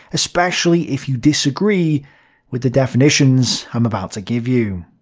especially if you disagree with the definitions i'm about to give you.